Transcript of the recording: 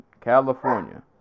California